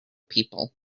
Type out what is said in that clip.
people